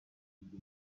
ngo